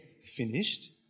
finished